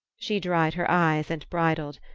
she dried her eyes and bridled.